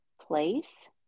place